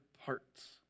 parts